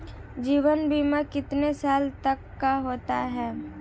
जीवन बीमा कितने साल तक का होता है?